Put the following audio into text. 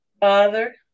Father